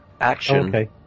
action